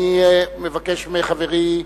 אני מבקש מחברי,